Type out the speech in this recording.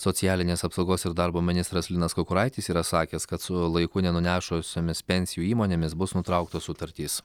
socialinės apsaugos ir darbo ministras linas kukuraitis yra sakęs kad su laiku nenunešusiomis pensijų įmonėmis bus nutrauktos sutartys